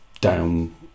down